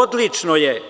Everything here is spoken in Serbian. Odlično je,